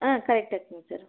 ம் கரெக்டாக இருக்குங்க சார்